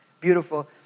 beautiful